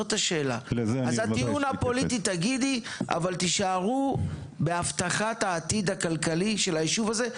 תגידי את הטיעון הפוליטי אבל תישארו בהבטחת העתיד הכלכלי של היישוב הזה,